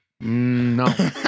No